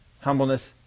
humbleness